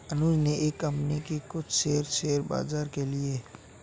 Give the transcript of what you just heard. अनुज ने एक कंपनी के कुछ शेयर, शेयर बाजार से लिए